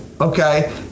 okay